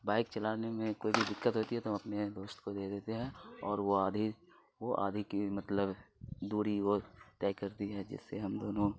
bike چلانے میں کوئی بھی دقت ہوتی ہے تو اپنے دوست کو دے دیتے ہیں اور وہ آدھی وہ آدھی کی مطلب دوری وہ طے کرتی ہے جس سے ہم دونوں